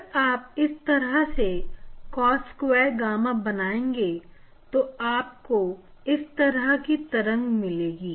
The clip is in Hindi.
अगर आप इस तरह से cos sqaure gamma बनाएंगे तो आपको इस तरह की तरंग मिलेगी